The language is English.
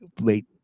late